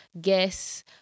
guest